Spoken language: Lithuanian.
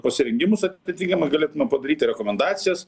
pasirengimus atitinkamai galėtume padaryti rekomendacijas